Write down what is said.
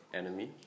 enemy